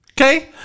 Okay